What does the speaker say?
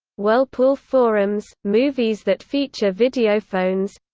wirlpool forums movies that feature videophones